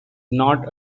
not